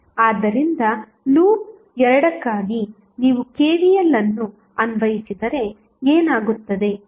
ಆದ್ದರಿಂದ ಲೂಪ್ 2 ಗಾಗಿ ನೀವು KVL ಅನ್ನು ಅನ್ವಯಿಸಿದರೆ ಏನಾಗುತ್ತದೆ